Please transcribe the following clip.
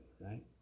right